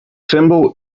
symbol